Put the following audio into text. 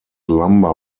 lumber